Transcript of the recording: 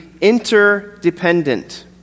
interdependent